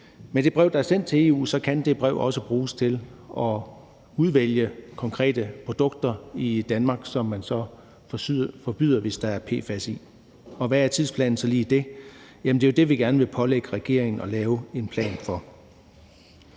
at det brev, der er sendt til EU, også kan bruges til at udvælge konkrete produkter i Danmark, som man så forbyder, hvis der er PFAS i, og hvad er tidsplanen så lige for det? Jamen det er jo det, vi gerne vil pålægge regeringen at lave en plan for.